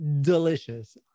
delicious